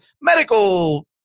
medical